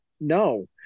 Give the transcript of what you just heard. no